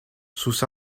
sus